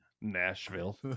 Nashville